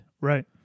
Right